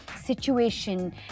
situation